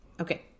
okay